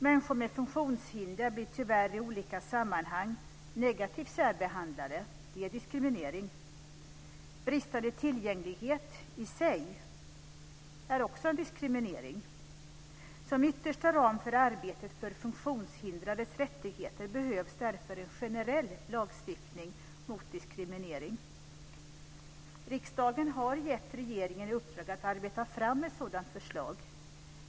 Människor med funktionshinder blir tyvärr i olika sammanhang negativt särbehandlade. Det är diskriminering. Bristande tillgänglighet är i sig också en diskriminering. Som yttersta ram för arbetet för funktionshindrades rättigheter behövs det därför en generell lagstiftning mot diskriminering. Riksdagen har gett regeringen i uppdrag att arbeta fram ett sådant förslag.